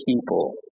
people